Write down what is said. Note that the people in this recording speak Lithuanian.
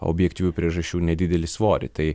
objektyvių priežasčių nedidelį svorį tai